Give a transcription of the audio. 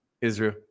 Israel